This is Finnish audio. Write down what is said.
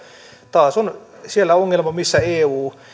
taas on siellä ongelma missä eu